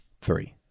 Three